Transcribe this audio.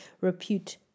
repute